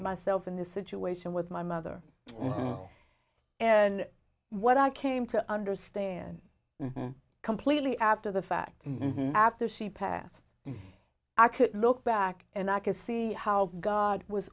myself in this situation with my mother and what i came to understand completely after the fact after she passed i could look back and i could see how god was